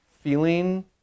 feeling